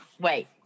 wait